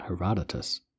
Herodotus